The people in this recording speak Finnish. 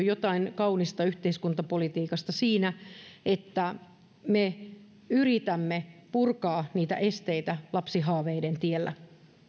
jotain kaunista yhteiskuntapolitiikasta että me yritämme purkaa steitä lapsihaaveiden tieltä